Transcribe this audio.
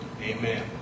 Amen